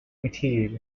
material